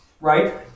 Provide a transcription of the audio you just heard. Right